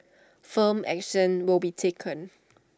firm action will be taken